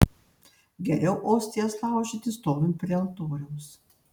geriau ostijas laužyti stovint prie altoriaus